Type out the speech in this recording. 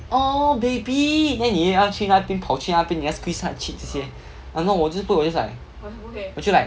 !aww! baby then 你也要去那边跑去那边你要 squeeze 他的 cheeks 这些然后我就是不 like 我就 like